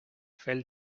fell